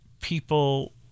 people